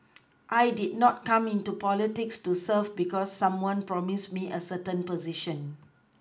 I did not come into politics to serve because someone promised me a certain position